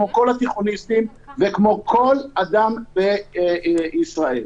כל התיכוניסטים וכל אדם בישראל.